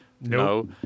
no